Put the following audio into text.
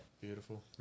Beautiful